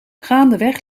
gaandeweg